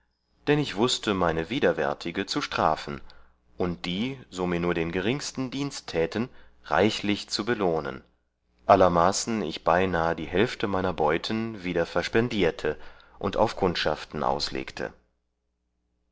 dann ich wußte meine widerwärtige zu strafen und die so mir nur den geringsten dienst täten reichlich zu belohnen allermaßen ich beinahe die hälfte meiner beuten wieder verspendierte und auf kundschaften auslegte